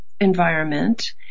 environment